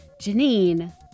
Janine